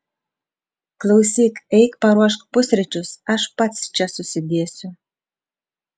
klausyk eik paruošk pusryčius aš pats čia susidėsiu